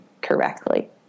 correctly